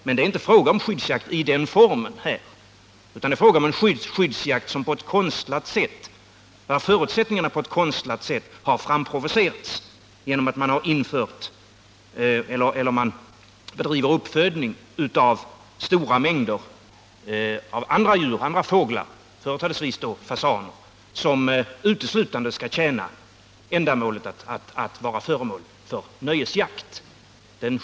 Men det är här inte fråga om sådan form av skyddsjakt utan en skyddsjakt, där förutsättningarna på ett konstlat sätt har provocerats genom att man bedriver uppfödning av stora mängder av fåglar, företrädesvis fasaner, som uteslutande skall tjäna ändamålet att vara föremål för nöjesjakt.